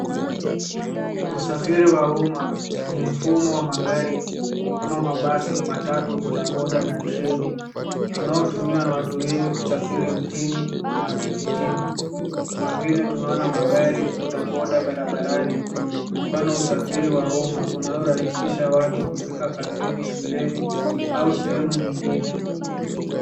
Usafiri wa umma ni mfumo wa magari kama mabasi, matatu, bodaboda na treni unaotumiwa na watu wengi kusafiri mjini na vijijini kama vile tunaona magari, bodaboda barabarani, mfano usafiri wa umma unao rahisisha watu kufika kazini, shuleni au sehemu nyingine.